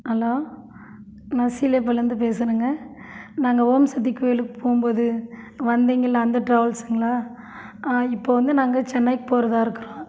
hello நான் சீலேபள்ளிலேருந்து பேசுகிறங்க நாங்கள் ஓம் சக்தி கோயிலுக்கு போகும்போது வந்திங்கள்ல அந்த ட்ராவல்ஸ்ங்களா இப்போது வந்து நாங்கள் சென்னை போகிறதா இருக்கிறோம்